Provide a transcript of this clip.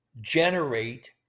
generate